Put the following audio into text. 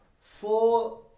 four